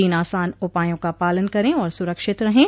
तीन आसान उपायों का पालन करें और सुरक्षित रहें